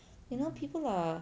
you know people are